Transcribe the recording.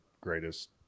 greatest